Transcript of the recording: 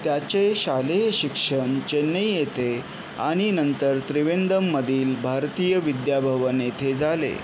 त्याचे शालेय शिक्षण चेन्नई येथे आणि नंतर त्रिवेंद्रममधील भारतीय विद्याभवन येथे झाले